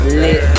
lit